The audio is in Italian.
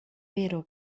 vero